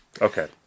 Okay